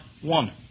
one